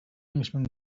englishman